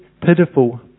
pitiful